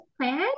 plan